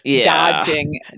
dodging